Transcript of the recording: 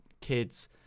kids